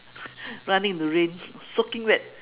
running in the rain soaking wet